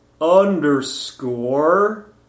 underscore